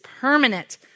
permanent